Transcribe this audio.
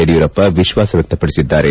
ಯಡಿಯೂರಪ್ಪ ವಿಶ್ವಾಸ ವ್ಯಕಪಡಿಸಿದ್ದಾರೆ